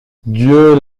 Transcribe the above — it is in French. dieu